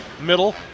middle